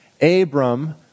Abram